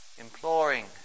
imploring